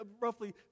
roughly